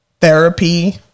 therapy